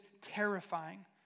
terrifying